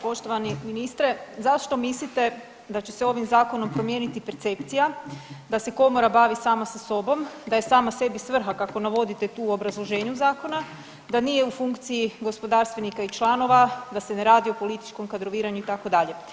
Poštovani ministre zašto mislite da će se ovim zakonom promijeniti percepcija da se komora bavi sama sa sobom, da je sama sebi svrha kako navodite tu obrazloženju zakona, da nije u funkciji gospodarstvenika i članova, da se ne radi o političkom kadroviranju itd.